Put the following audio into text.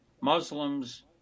Muslims